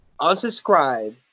unsubscribe